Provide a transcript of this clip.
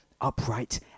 Upright